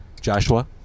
Joshua